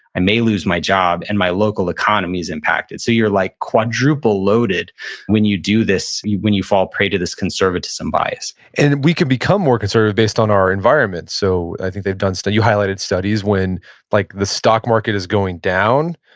i may lose my job, and my local economy's impacted. so you're like quadruple loaded when you do this, when you fall prey to this conservatism bias and we could become more conservative based on our environment. so i think they've done, so you highlighted studies when like the stock market is going down,